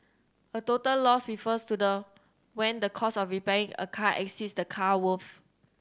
a total loss refers to the when the cost of repairing a car exceeds the car worth